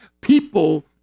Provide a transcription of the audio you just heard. people